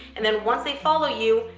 and then once they follow you,